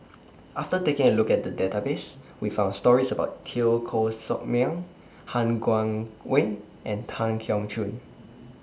after taking A Look At The Database We found stories about Teo Koh Sock Miang Han Guangwei and Tan Keong Choon